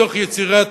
מתוך יצירת